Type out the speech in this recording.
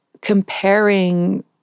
comparing